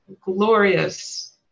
glorious